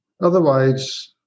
Otherwise